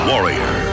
Warrior